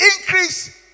increase